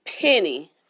Penny